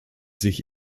sich